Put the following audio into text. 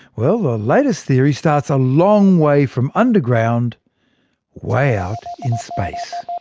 well the latest theory starts a long way from underground way out in space.